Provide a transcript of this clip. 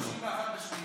זה היה עד 31 באוגוסט.